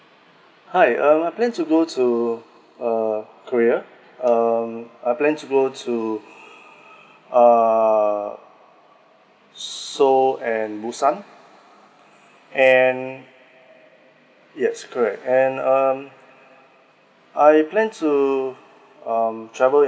hi um I plan to go to uh korea um I plan to go to err seoul and busan and yes correct and um I plan to um travel